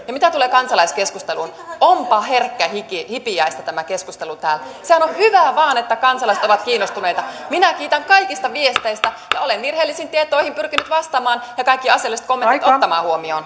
ja mitä tulee kansalaiskeskusteluun onpa herkkähipiäistä tämä keskustelu täällä sehän on hyvä vain että kansalaiset ovat kiinnostuneita minä kiitän kaikista viesteistä ja olen virheellisiin tietoihin pyrkinyt vastaamaan ja kaikki asialliset kommentit ottamaan huomioon